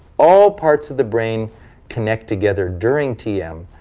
all parts of the brain connect together during tm.